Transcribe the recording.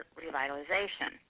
revitalization